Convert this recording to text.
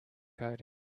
coding